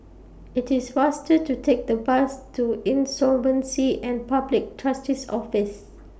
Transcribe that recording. IT IS faster to Take The Bus to Insolvency and Public Trustee's Office